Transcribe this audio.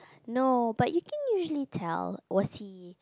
no but you can usually tell was he